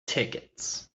tickets